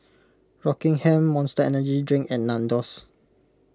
Rockingham Monster Energy Drink and Nandos